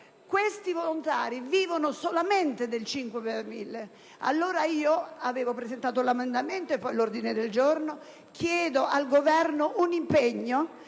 Questi volontari vivono solamente del 5 per mille: allora, poiché avevo presentato un emendamento e un ordine del giorno, chiedo al Governo un impegno.